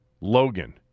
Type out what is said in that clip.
Logan